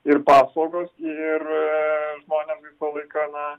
ir paslaugos iir žmonės visą laiką na